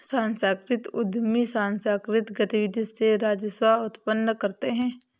सांस्कृतिक उद्यमी सांकृतिक गतिविधि से राजस्व उत्पन्न करते हैं